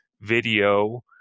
video